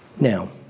Now